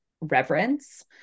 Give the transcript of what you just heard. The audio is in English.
reverence